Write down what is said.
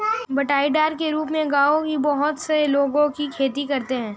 बँटाईदार के रूप में गाँवों में बहुत से लोगों की खेती करते हैं